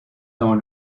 dans